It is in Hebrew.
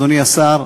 אדוני השר,